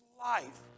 life